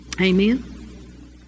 Amen